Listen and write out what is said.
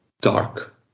Dark